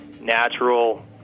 natural